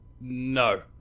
No